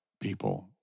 people